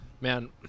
Man